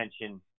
attention